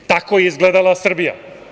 Tako je izgledala Srbija.